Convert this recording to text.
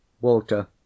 Walter